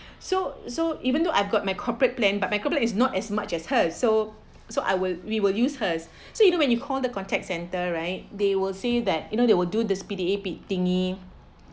so so even though I've got my corporate plan but my corporate plan is not as much as her so so I will we will use hers so you know when you call the contact centre right they will say that you know they will do the speedy test thingy